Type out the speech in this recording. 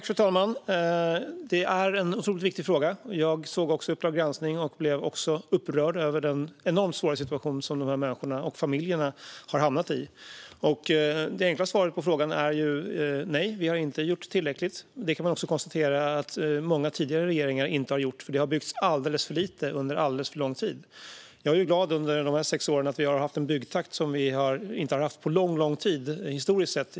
Fru talman! Detta är en otroligt viktig fråga. Även jag såg Uppdrag granskning och blev upprörd över den enormt svåra situation som de här människorna och familjerna har hamnat i. Det enkla svaret på frågan är nej. Vi har inte gjort tillräckligt. Det kan man också konstatera att många tidigare regeringar inte har gjort, för det har byggts alldeles för lite under alldeles för lång tid. Jag är dock glad att vi under de här sex åren har haft en byggtakt som vi inte har haft på lång tid i Sverige historiskt sett.